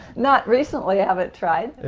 not recently, i haven't tried.